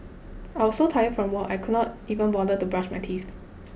I was so tired from work I could not even bother to brush my teeth